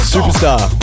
Superstar